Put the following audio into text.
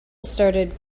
started